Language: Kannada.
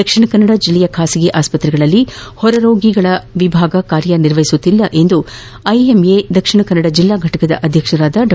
ದಕ್ಷಿಣ ಕನ್ನಡ ಜಿಲ್ಲೆಯ ಖಾಸಗಿ ಆಸ್ವತ್ರೆಗಳಲ್ಲಿ ಹೊರ ರೋಗಿ ವಿಭಾಗ ಕಾರ್ಯ ನಿರ್ವಹಿಸುತಿಲ್ಲ ಎಂದು ಐಎಂಎ ದಕ್ಷಿಣ ಕನ್ನಡ ಜಿಲ್ಲಾ ಘಟಕದ ಅಧ್ಯಕ್ಷ ಡಾ